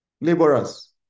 laborers